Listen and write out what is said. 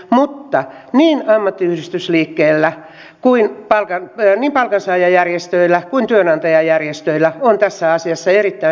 mutta niin ammattiyhdistysliikkeellä niin palkansaajajärjestöillä kuin työnantajajärjestöillä on tässä asiassa erittäin suuri vastuu